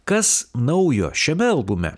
kas naujo šiame albume